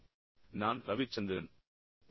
நான் கான்பூர் ஐஐடியைச் சேர்ந்த ரவிச்சந்திரன்